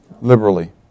Liberally